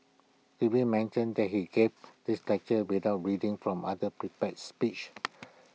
did we mention that he gave this lecture without reading from other prepared speech